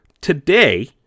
Today